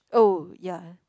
oh ya